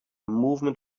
movement